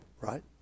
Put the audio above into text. right